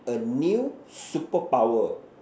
a new super power